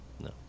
No